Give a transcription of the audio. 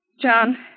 John